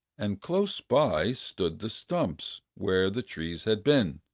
and close by stood the stumps, where the tree had been.